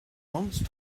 once